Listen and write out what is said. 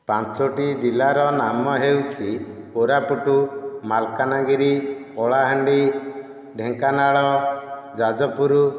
ପାଞ୍ଚୋଟି ଜିଲ୍ଲାର ନାମ ହେଉଛି କୋରାପୁଟ ମାଲକାନଗିରି କଳାହାଣ୍ଡି ଢେଙ୍କାନାଳ ଯାଜପୁର